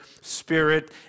spirit